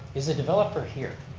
is the developer here?